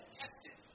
tested